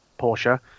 Porsche